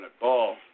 ball